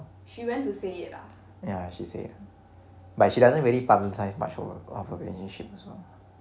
ya she said but she doesn't really publicise much of her of her relationship as well